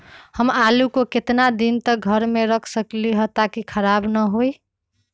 हम आलु को कितना दिन तक घर मे रख सकली ह ताकि खराब न होई?